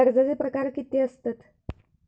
कर्जाचे प्रकार कीती असतत?